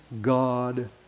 God